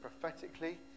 prophetically